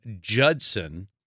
Judson